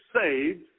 saved